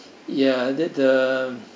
ya that the